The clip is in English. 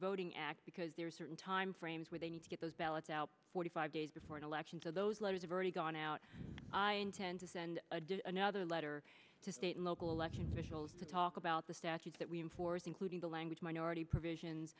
voting act because there are certain time frames where they need to get those ballots out forty five days before an election to those letters have already gone out and tend to send a did another letter to state local election officials to talk about the statutes that we enforce including the language minority provisions